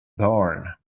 bourne